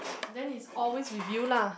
then it's always with you lah